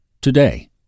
today